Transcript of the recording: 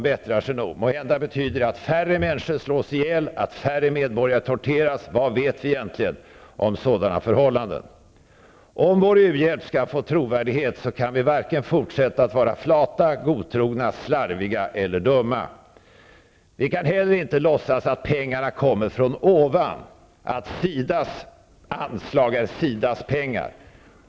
Måhända betyder ''de bättrar sig nog'' att färre människor slås ihjäl och att färre medborgare torteras -- vad vet vi egentligen om sådana förhållanden? Om vår u-hjälp skall få trovärdighet kan vi inte fortsätta att vara vare sig flata, godtrogna, slarviga eller dumma. Vi kan heller inte låtsas att pengarna kommer från ovan, att SIDA:s anslag är SIDA:s pengar.